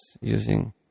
using